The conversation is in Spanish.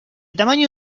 tamaño